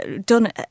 done